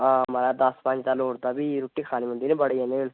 हां दस पंज दा लोडदा फ्ही रुट्टी खानी पौंदी बड़े जनें न